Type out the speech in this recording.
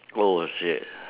oh shit